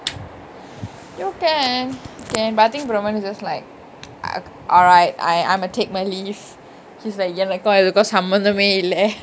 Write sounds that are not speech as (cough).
(noise) you can can but I think bramman is just like (noise) aright I I'm uh take my leave he's like எனக்கு அதுக்கு சம்மந்தமே இல்ல:enaku athuku sammanthame illa